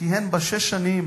שכיהן בה שש שנים